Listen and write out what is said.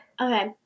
Okay